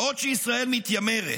בעוד שישראל מתיימרת,